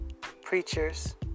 preachers